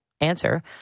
answer